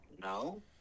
No